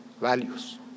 values